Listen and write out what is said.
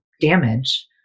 damage